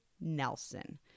Nelson